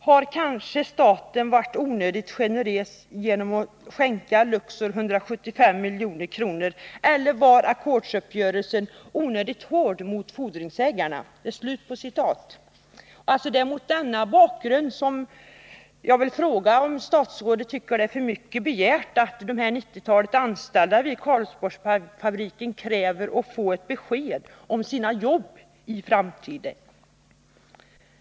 Har kanske staten varit onödigt generös genom att skänka Luxor 175 mkr eller var ackordsuppgörelsen onödigt hård för fordringsägarna?” Det är mot denna bakgrund som jag vill fråga, om statsrådet tycker att det är för mycket begärt, när de ca 90 anställda vid Karlsborgsfabriken kräver att få besked om sina jobb i framtiden.